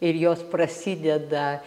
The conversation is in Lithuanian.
ir jos prasideda